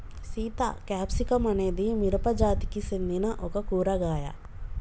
Sita capsicum అనేది మిరపజాతికి సెందిన ఒక కూరగాయ